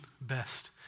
best